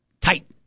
tight